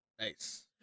Nice